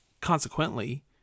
Consequently